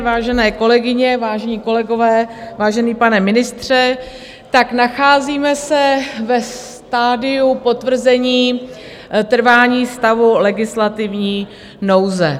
Vážené kolegyně, vážení kolegové, vážený pane ministře, nacházíme se ve stadiu potvrzení trvání stavu legislativní nouze.